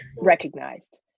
recognized